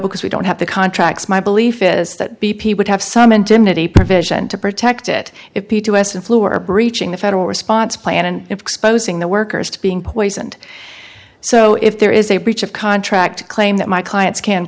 because we don't have the contracts my belief is that b p would have some intimidate provision to protect it if p t o s and flu are breaching the federal response plan and exposing the workers to being poisoned so if there is a breach of contract claim that my clients can